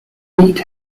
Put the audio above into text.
beat